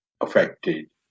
affected